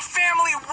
family